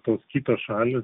tos kitos šalys